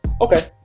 Okay